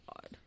God